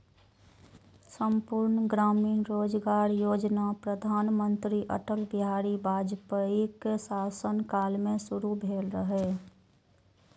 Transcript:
संपूर्ण ग्रामीण रोजगार योजना प्रधानमंत्री अटल बिहारी वाजपेयीक शासन काल मे शुरू भेल रहै